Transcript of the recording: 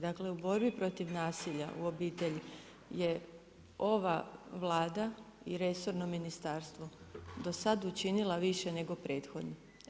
Dakle, u borbi protiv nasilja u obitelji je ova Vlada i resorno ministarstvo do sad učinila više nego prethodna.